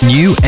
New